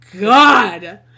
God